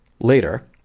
Later